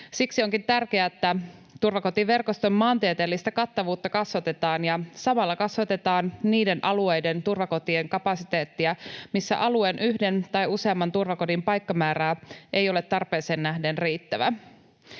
Siksi onkin tärkeää, että turvakotiverkoston maantieteellistä kattavuutta kasvatetaan ja samalla kasvatetaan niiden alueiden turvakotien kapasiteettia, missä alueen yhden tai useamman turvakodin paikkamäärä ei ole tarpeeseen nähden riittävä.